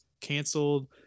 canceled